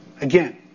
again